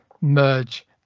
merge